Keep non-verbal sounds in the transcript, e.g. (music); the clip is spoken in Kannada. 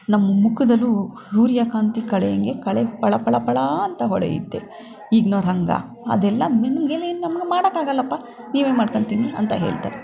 ನಮ್ಮ ಮುಖದಲ್ಲೂ ಸೂರ್ಯಕಾಂತಿ ಕಳೆ ಹೆಂಗೆ ಕಳೆ ಫಳ ಫಳ ಫಳ ಅಂತ ಹೊಳೆಯುತ್ತೆ ಈಗ್ನವ್ರು ಹಂಗೆ ಅದೆಲ್ಲ (unintelligible) ನಮ್ಗೆ ಮಾಡೋಕ್ಕಾಗೋಲ್ಲಪ್ಪ ನೀವೇ ಮಾಡ್ಕೊಂಡು ತಿನ್ನಿ ಅಂತ ಹೇಳ್ತಾರೆ